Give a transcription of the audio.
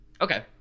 Okay